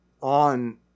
on